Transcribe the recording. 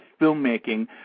filmmaking